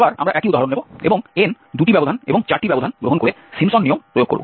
আবার আমরা একই উদাহরণ নেব এবং n 2টি ব্যবধান এবং 4টি ব্যবধান গ্রহণ করে সিম্পসন নিয়ম প্রয়োগ করব